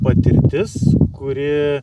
patirtis kuri